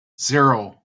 zero